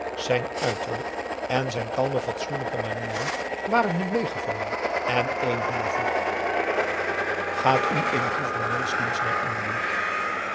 zijn uiterlijk en zijn kalme fatsoenlijke manieren waren hun meegevallen een hunner vroeg gaat u in gouvernementsdienst naar indië